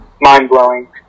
mind-blowing